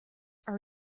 are